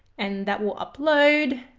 and that will upload.